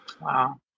Wow